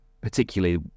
particularly